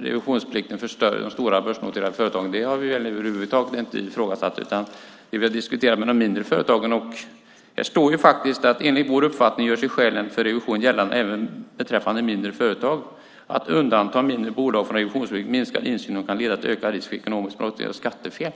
revisionsplikten för de stora börsnoterade företagen. Det har vi över huvud taget inte ifrågasatt. Det vi har diskuterat är de mindre företagen. Det står i reservationen: "Enligt vår uppfattning gör sig skälen för revision gällande även beträffande mindre bolag. Att undanta mindre bolag från revisionsplikten minskar insynen och kan leda till ökad risk för ekonomisk brottslighet eller skattefel."